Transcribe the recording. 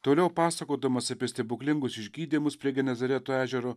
toliau pasakodamas apie stebuklingus išgydymus prie gi nazareto ežero